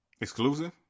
Exclusive